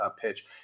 pitch